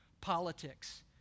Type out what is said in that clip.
Politics